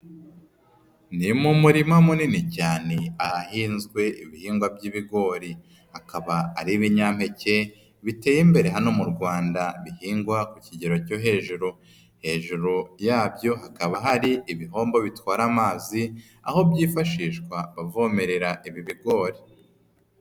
Ni mu murima munini cyane ahahinzwe ibihingwa by'ibigori. Hakaba ari ibinyampeke biteye imbere hano mu Rwanda, bihingwa ku kigero cyo hejuru. Hejuru yabyo hakaba hari ibihombo bitwara amazi, aho byifashishwa bavomerera ibi bigori.